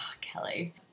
Kelly